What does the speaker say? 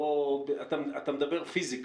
אתה מדבר פיזיקה.